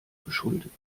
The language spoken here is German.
geschuldet